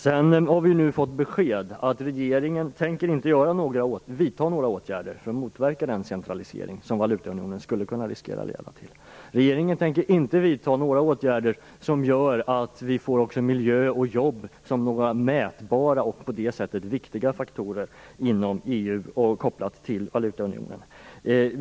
Sedan har vi nu fått besked att regeringen inte tänker vidta några åtgärder för att motverka den centralisering som valutaunionen skulle kunna riskera att leda till. Regeringen tänker inte vidta några åtgärder som gör att vi får miljö och jobb - mätbara och på det sättet viktiga faktorer inom EU - kopplat till valutaunionen.